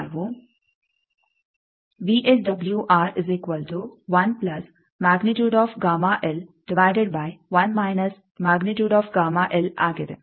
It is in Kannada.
ಆ ವಿಎಸ್ಡಬ್ಲ್ಯೂಆರ್ವು ಆಗಿದೆ